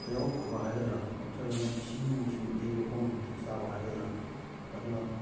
ꯂꯩꯍꯥꯎ ꯐꯕ ꯍꯥꯏꯒꯗ꯭ꯔꯥ ꯅꯠꯇ꯭ꯔꯒꯅ ꯏꯁꯤꯡ ꯅꯨꯡꯁꯤꯡ ꯏꯊꯩ ꯂꯧꯈꯣꯡ ꯃꯇꯤꯛ ꯆꯥꯕ ꯍꯥꯏꯒꯗ꯭ꯔꯥ ꯑꯗꯨꯅ